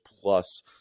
plus